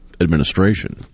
administration